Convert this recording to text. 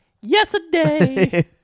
yesterday